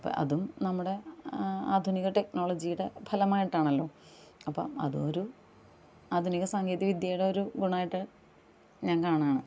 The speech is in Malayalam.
അപ്പം അതും നമ്മുടെ ആധുനിക ടെക്നോളജീയുടെ ഫലമായിട്ടാണല്ലോ അപ്പം അതും ഒരു ആധുനികസാങ്കേതികവിദ്യയുടെ ഒരു ഗുണമായിട്ട് ഞാൻ കാണുകയാണ്